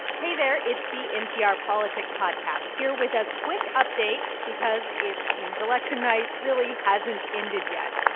hey there. it's the npr politics podcast here with a quick update because it seems election night really hasn't ended yet.